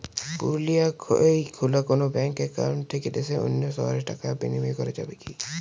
পুরুলিয়ায় খোলা কোনো ব্যাঙ্ক অ্যাকাউন্ট থেকে দেশের অন্য শহরে টাকার বিনিময় করা যাবে কি?